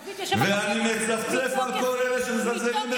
ואני מצפצף על כל אלה שמזלזלים בזה,